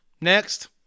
next